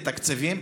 לתקציבים,